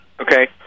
Okay